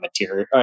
material